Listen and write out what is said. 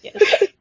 yes